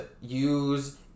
use